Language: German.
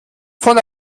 von